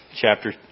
chapter